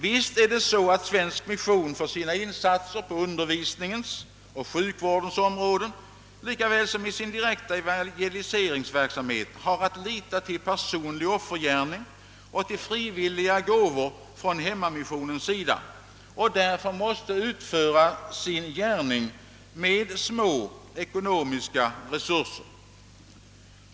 Visst är det så att svensk mission för sina insatser på undervisningens och sjukvårdens område lika väl som i sin direkta evangeliseringsverksamhet har att lita till personlig offergärning och frivilliga gåvor från hemmamissionen och därför måste utföra sin gärning med små ekonomiska resurser.